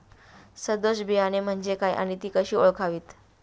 सदोष बियाणे म्हणजे काय आणि ती कशी ओळखावीत?